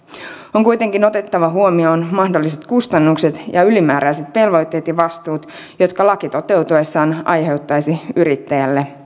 on kuitenkin otettava huomioon mahdolliset kustannukset ja ylimääräiset velvoitteet ja vastuut jotka laki toteutuessaan aiheuttaisi yrittäjälle